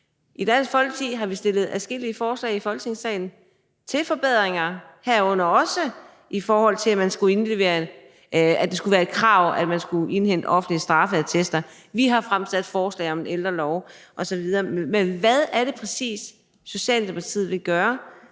I Dansk Folkeparti har vi fremsat adskillige forslag i Folketingssalen til forbedringer, herunder også i forhold til at det skulle være et krav, at man skulle indhente offentlige straffeattester, og vi har fremsat forslag om en ældrelov osv. Men hvad er det præcis, Socialdemokratiet vil gøre